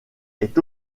est